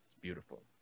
beautiful